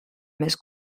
més